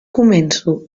començo